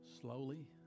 Slowly